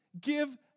Give